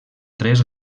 tres